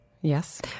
Yes